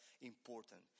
important